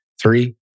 Three